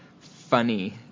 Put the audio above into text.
funny